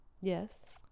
Yes